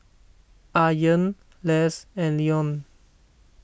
Ayaan Less and Leone